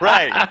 Right